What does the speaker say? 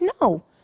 No